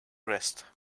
wrist